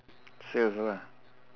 chef lah